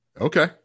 Okay